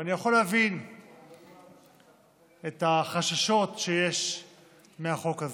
ואני יכול להבין את החששות שיש מהחוק הזה.